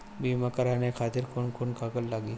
बीमा कराने खातिर कौन कौन कागज लागी?